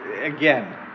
again